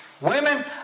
Women